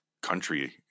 country